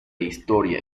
historia